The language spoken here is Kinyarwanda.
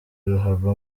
ruhago